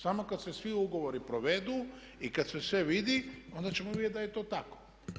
Samo kad se svi ugovori provedu i kad se sve vidi, onda ćemo vidjeti da je to tako.